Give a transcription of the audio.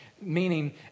Meaning